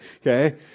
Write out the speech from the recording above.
Okay